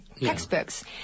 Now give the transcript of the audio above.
textbooks